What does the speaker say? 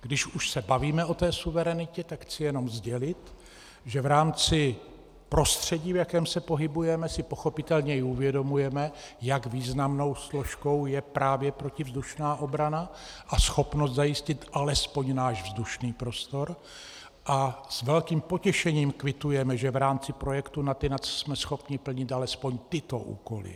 Když už se bavíme o té suverenitě, tak chci jenom sdělit, že v rámci prostředí, v jakém se pohybujeme, si pochopitelně i uvědomujeme, jak významnou složkou je právě protivzdušná obrana a schopnost zajistit alespoň náš vzdušný prostor, a s velkým potěšením kvitujeme, že v rámci projektu NATINAD jsme schopni plnit alespoň tyto úkoly.